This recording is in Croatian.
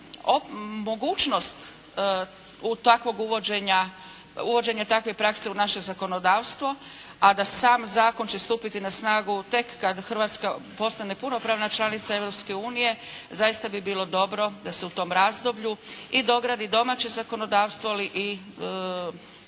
uvođenja, uvođenja takve prakse u naše zakonodavstvo a da sam zakon će stupiti na snagu tek kad Hrvatska postane punopravna članica Europske unije, zaista bi bilo dobro da se u tom razdoblju i dogradi domaće zakonodavstvo i